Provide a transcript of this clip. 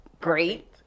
great